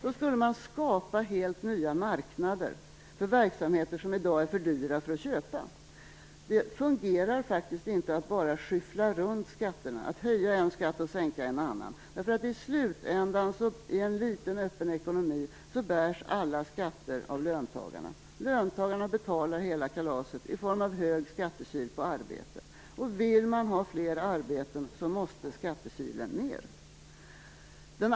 Då skulle man skapa helt nya marknader för verksamheter som i dag är för dyra att köpa. Det fungerar inte att bara skyffla runt skatterna - att höja en skatt och sänka en annan - därför att i slutändan bärs alla skatter i en liten öppen ekonomi av löntagarna. Löntagarna betalar hela kalaset i form av en stor skattekil på arbete. Vill man ha fler arbeten måste skattekilen bli mindre.